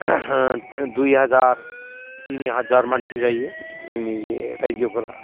दुइ हाजार तिनि हाजार मानसि जायो जोंनि बे रायजोफोरा